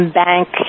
bank